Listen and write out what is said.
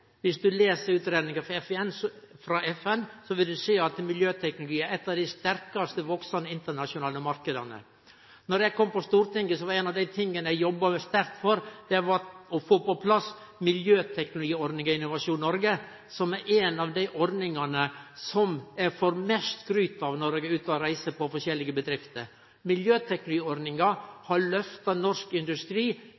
Viss du les utgreiinga frå FN, vil du sjå at miljøteknologi er ein av dei sterkast veksande internasjonale marknadene. Då eg kom på Stortinget, var ein av dei tinga eg jobba sterkt for å få på plass, miljøteknologiordninga i Innovasjon Norge, som er ei av dei ordningane eg får mest skryt for når eg reiser til forskjellige bedrifter.